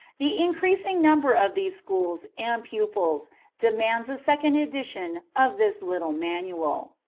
the increasing number of these schools and pupils demands a second edition of this little manual.